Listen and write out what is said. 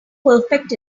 perfect